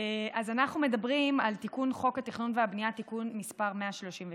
חוק לתיקון חוק התכנון והבנייה (תיקון מס' 136)